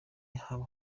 haba